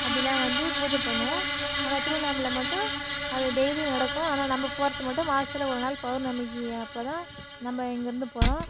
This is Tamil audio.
அப்படிலாம் வந்து பூஜை பண்ணுவோம் ஆனால் திருவண்ணாமலை மட்டும் அது டெய்லியும் நடக்கும் ஆனால் நம்ம போகிறத்து மட்டும் மாதத்துல ஒரு நாள் பௌர்ணமிக்கு அப்போதான் நம்ம இங்கே இருந்து போகிறோம்